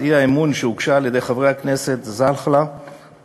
האי-אמון שהוגשה על-ידי חברי הכנסת זאחְלקה,